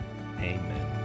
amen